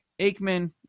Aikman